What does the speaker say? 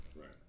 right